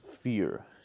fear